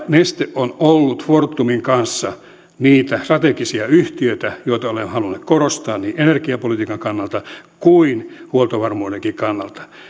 neste on ollut fortumin kanssa niitä strategisia yhtiöitä joita olemme halunneet korostaa niin energiapolitiikan kannalta kuin huoltovarmuudenkin kannalta